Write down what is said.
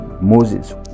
Moses